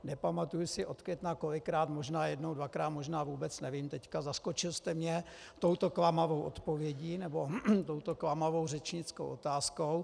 Nepamatuji si, od května kolikrát, možná jednou, dvakrát, možná vůbec, nevím teď, zaskočil jste mě touto klamavou odpovědí nebo touto klamavou řečnickou otázkou.